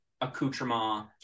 accoutrement